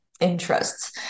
Interests